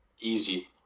Easy